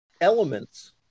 elements